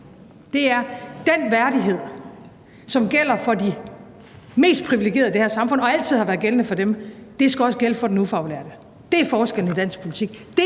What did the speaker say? er, at den værdighed, som gælder for de mest privilegerede i det her samfund og altid har været gældende for dem, også skal gælde for de ufaglærte. Det er forskellen i dansk politik.